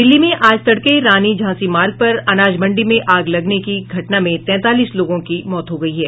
दिल्ली में आज तड़के रानी झांसी मार्ग पर अनाज मंडी में आग लगने की घटना में तैंतालीस लोगों की मौत हो गई है